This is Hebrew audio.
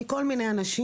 מכל מיני אנשים.